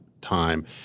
time—